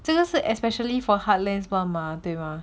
这个是 especially for heartlands 对吗